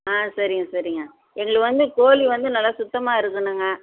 ஆ சரிங்க சரிங்க எங்களுக்கு வந்து கோழி வந்து நல்லா சுத்தமாக இருக்கணுங்க